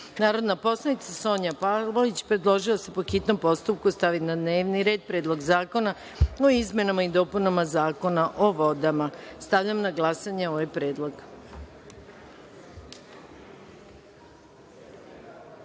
reda. Narodna poslanica Sonja Pavlović predložila je da se, po hitnom postupku, stavi na dnevni red - Predlog zakona o izmenama i dopunama Zakona o vodama. Stavljam na glasanje ovaj predlog. Molim